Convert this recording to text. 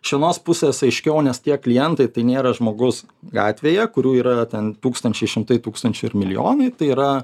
iš vienos pusės aiškiau nes tie klientai tai nėra žmogus gatvėje kurių yra ten tūkstančiai šimtai tūkstančių ir milijonai tai yra